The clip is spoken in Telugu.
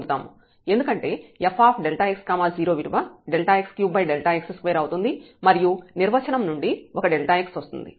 ఎందుకంటే fx0 విలువ Δx3Δx2 అవుతుంది మరియు నిర్వచనం నుండి ఒక x వస్తుంది